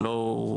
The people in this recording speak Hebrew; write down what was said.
נכון.